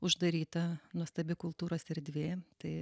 uždaryta nuostabi kultūros erdvė tai